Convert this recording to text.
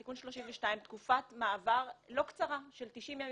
בתיקון 32 תקופת מעבר לא קצרה של 90 ימים,